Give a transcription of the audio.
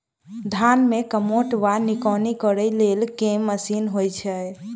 धान मे कमोट वा निकौनी करै लेल केँ मशीन होइ छै?